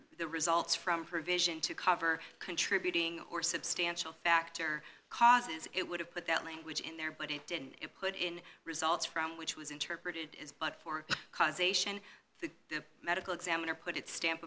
the results from a provision to cover contributing or substantial factor causes it would have put that language in there but it didn't put in results from which was interpreted as but for causation the medical examiner put its stamp